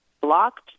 blocked